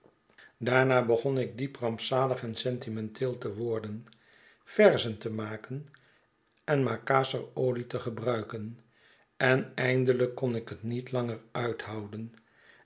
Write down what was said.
daarna begon ik diep rampzalig en sentimenteel te worden verzen te maken en makasserolie te gebruiken en eindelijk kon ik het niet langer uithouden